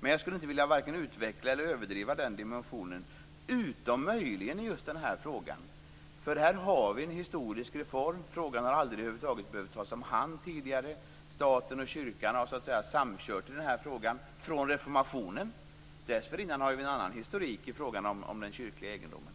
Men jag vill varken utveckla eller överdriva den dimensionen, utom möjligen i just denna fråga, eftersom vi här har en historisk reform och frågan över huvud taget aldrig har behövt tas om hand tidigare. Staten och kyrkan har så att säga samkört i denna fråga från reformationen. Dessförinnan har vi en annan historik i fråga om den kyrkliga egendomen.